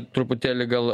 truputėlį gal